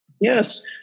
Yes